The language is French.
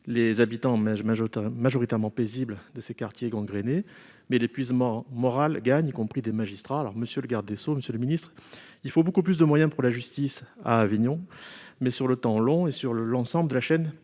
les habitants majoritairement paisibles de ces quartiers gangrenés. Toutefois, l'épuisement moral gagne, y compris les magistrats. Monsieur le garde des sceaux, monsieur le ministre, il faut beaucoup plus de moyens pour la justice à Avignon, sur le temps long et sur l'ensemble de la chaîne pénale.